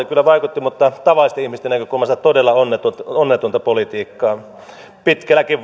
kyllä vaikutti mutta tavallisten ihmisten näkökulmasta todella onnetonta politiikkaa pitkälläkin